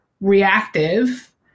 reactive